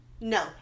no